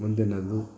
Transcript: ಮುಂದಿನದು